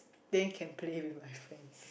then can play with my friends